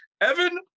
Evan